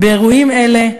באירועים אלה,